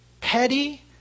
petty